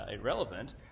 irrelevant